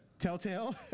Telltale